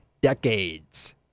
decades